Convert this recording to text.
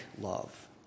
love